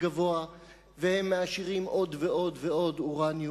גבוה והם מעשירים עוד ועוד ועוד אורניום.